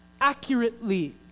accurately